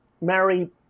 Mary